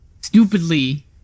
Stupidly